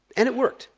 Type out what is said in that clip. and it worked,